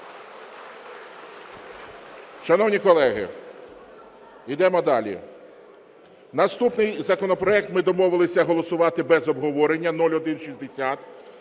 Шановні колеги, йдемо далі. Наступний законопроект ми домовилися голосувати без обговорення – 0160.